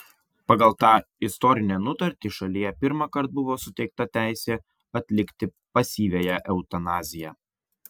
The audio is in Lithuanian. pagal tą istorinę nutartį šalyje pirmąkart buvo suteikta teisė atlikti pasyviąją eutanaziją